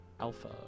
Alpha